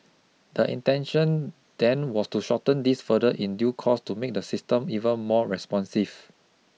the intention then was to shorten this further in due course to make the system even more responsive